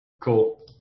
Cool